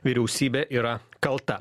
vyriausybė yra kalta